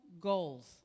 goals